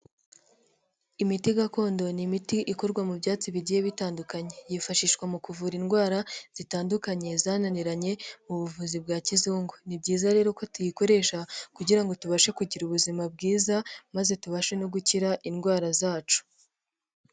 Imiti gakondo ni imiti ikorwa mu byatsi bigiye bitandukanye, yifashishwa mu kuvura indwara zitandukanye zananiranye mu buvuzi bwa kizungu, ni byiza rero ko tuyikoresha kugira ngo tubashe kugira ubuzima bwiza maze tubashe no gukira indwara zacu.